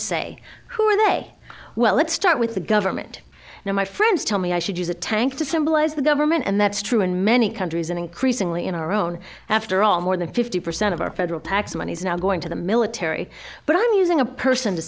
they well let's start with the government you know my friends tell me i should use a tank to symbolize the government and that's true in many countries and increasingly in our own after all more than fifty percent of our federal tax money is now going to the military but i'm using a person to